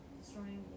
destroying